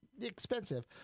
expensive